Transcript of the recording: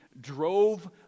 drove